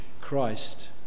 Christ